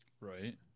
Right